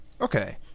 Okay